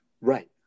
Right